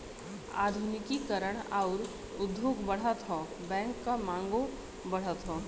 आधुनिकी करण आउर उद्योग बढ़त हौ बैंक क मांगो बढ़त हौ